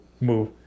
move